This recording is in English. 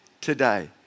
today